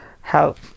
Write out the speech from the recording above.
help